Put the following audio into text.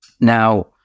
now